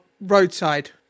roadside